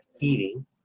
eating